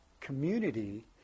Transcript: community